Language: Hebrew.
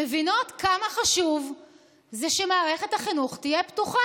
מבינות כמה חשוב שמערכת החינוך תהיה פתוחה.